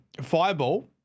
fireball